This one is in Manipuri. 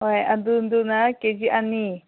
ꯍꯣꯏ ꯑꯗꯨꯝꯗꯨꯅ ꯀꯦ ꯖꯤ ꯑꯅꯤ